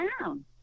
down